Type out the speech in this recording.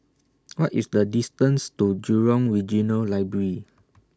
What IS The distance to Jurong Regional Library